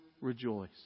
rejoice